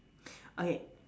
okay